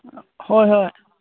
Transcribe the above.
ꯍꯣꯏ ꯍꯣꯏ